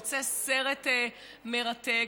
יוצא סרט מרתק.